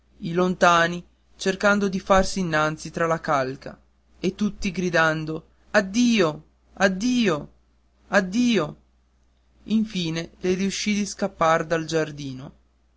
i lontani cercando di farsi innanzi tra la calca e tutti gridando addio addio addio infine le riuscì di scappar dal giardino